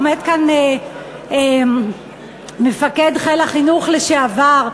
עומד כאן מפקד חיל החינוך לשעבר,